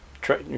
try